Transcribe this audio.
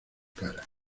cara